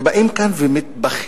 ובאים כאן ומתבכיינים,